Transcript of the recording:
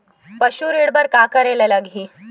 पशु ऋण बर का करे ला लगही?